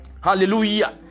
Hallelujah